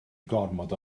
gormod